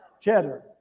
cheddar